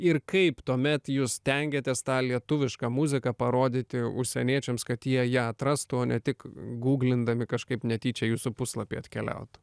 ir kaip tuomet jūs stengiatės tą lietuvišką muziką parodyti užsieniečiams kad jie ją atrastų o ne tik guglindami kažkaip netyčia į jūsų puslapį atkeliautų